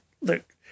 Look